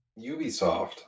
Ubisoft